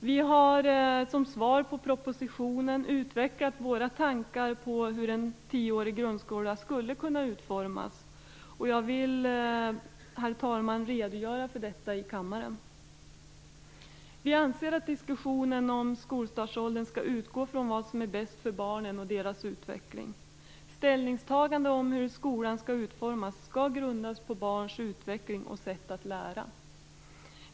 Vi har som svar propositionen utvecklat våra tankar på hur en tioårig grundskola skulle kunna utformas, och jag vill, herr talman, redogöra för detta i kammaren. Vi anser att diskussionen om skolstartsåldern skall utgå från vad som är bäst för barnen och deras utveckling. Ställningstaganden om hur skolan skall utformas skall grundas på barns utveckling och sätt att lära.